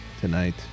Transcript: Tonight